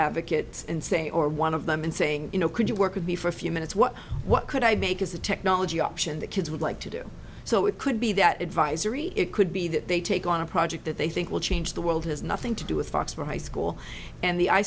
advocates and say or one of them and saying you know could you work with me for a few minutes what what could i make is a technology option that kids would like to do so it could be that advisory it could be that they take on a project that they think will change the world has nothing to do with fox for high school and the